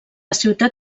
ciutat